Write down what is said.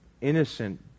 innocent